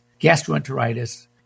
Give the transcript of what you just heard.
gastroenteritis